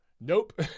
Nope